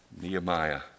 Nehemiah